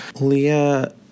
Leah